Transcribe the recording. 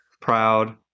proud